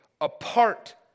apart